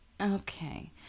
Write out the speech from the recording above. Okay